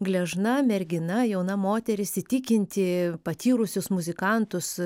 gležna mergina jauna moteris įtikinti patyrusius muzikantus